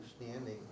understanding